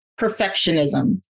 perfectionism